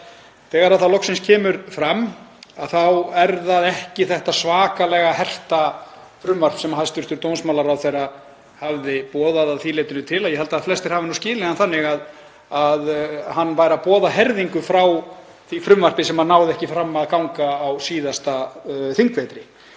kemur loksins fram þá er það ekki þetta svakalega herta frumvarp sem hæstv. dómsmálaráðherra hafði boðað, að því leytinu til að ég held að flestir hafi skilið hann þannig að hann væri að boða herðingu frá því frumvarpi sem náði ekki fram að ganga á síðasta þingvetri.